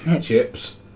Chips